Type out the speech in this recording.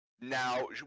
Now